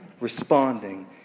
Responding